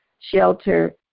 shelter